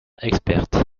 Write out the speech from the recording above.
experte